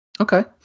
okay